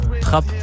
trap